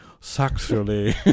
Sexually